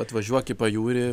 atvažiuok į pajūrį